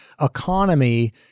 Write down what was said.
economy